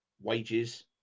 wages